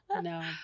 No